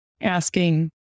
asking